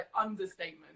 understatement